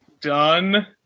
Done